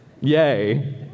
Yay